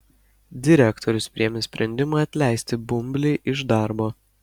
direktorius priėmė sprendimą atleisti bumblį iš darbo